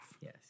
Yes